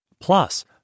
Plus